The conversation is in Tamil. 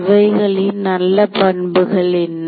இவைகளின் நல்ல பண்புகள் என்ன